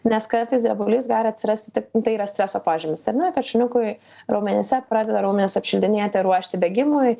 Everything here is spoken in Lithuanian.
nes kartais drebulys gali atsirasti tik tai yra streso požymis ar ne kad šuniukui raumenyse pradeda raumenys apšildinėti ruošti bėgimui